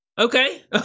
Okay